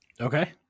Okay